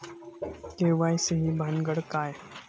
KYC ही भानगड काय?